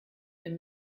dem